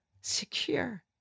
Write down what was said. secure